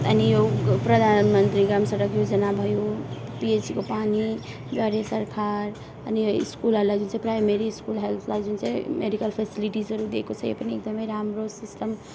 अनि यो प्रधान मन्त्री ग्राम सडक योजना भयो पिएचईको पानी द्वारे सरखार अनि यो स्कुलहरलाई जुन चाहिँ प्राइमेरी स्कुल हेल्थलाई जुन चाहिँ मेडिकल फेसिलिटिसहरू दिएको छ यो पनि एकदमै राम्रो सिस्टम